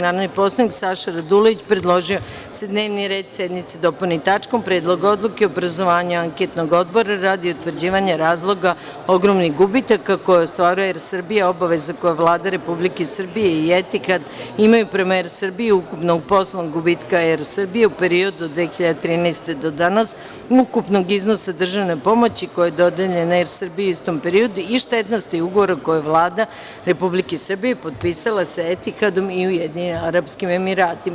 Narodni poslanik Saša Radulović predložio je da se dnevni red sednice dopuni tačkom – Predlog odluke o obrazovanju anketnog odbora radi utvrđivanja razloga ogromnih gubitaka koje ostvaruje Er Srbija, obaveza koje Vlada Republike Srbije i Etihad imaju prema Er Srbiji, ukupnog poslovnog gubitka Er Srbije u periodu od 2013. do dana, ukupnog iznosa državne pomoći koja je dodeljena Er Srbiji u istom periodu i štetnosti ugovora koji je Vlada Republike Srbije potpisala sa Etihadom i Ujedinjenim Arapskim Emiratima.